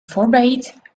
forbade